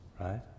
right